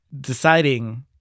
deciding